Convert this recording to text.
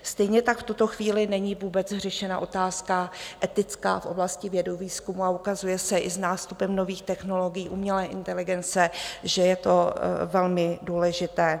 Stejně tak v tuto chvíli není vůbec řešena otázka etická v oblasti vědy a výzkumu a ukazuje se i s nástupem nových technologií, umělé inteligence, že je to velmi důležité.